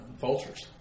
vultures